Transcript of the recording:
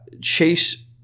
chase